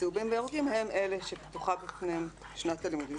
הצהובים והירוקים הם אלה שפתוחה בפניהם שנת הלימודים.